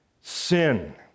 sin